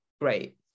great